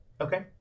okay